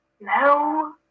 No